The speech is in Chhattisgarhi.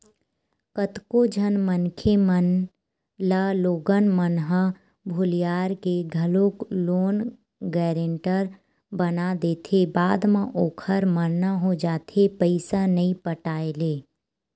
कतको झन मनखे मन ल लोगन मन ह भुलियार के घलोक लोन गारेंटर बना देथे बाद म ओखर मरना हो जाथे पइसा नइ पटाय ले